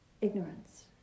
ignorance